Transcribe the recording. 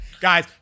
Guys